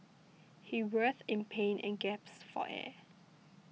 he writhed in pain and gasped for air